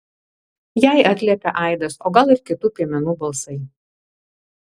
jai atliepia aidas o gal kitų piemenų balsai